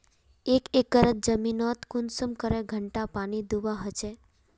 एक एकर जमीन नोत कुंसम करे घंटा पानी दुबा होचए?